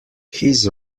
his